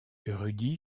rudi